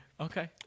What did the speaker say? Okay